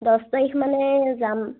দহ তাৰিখ মানে যাম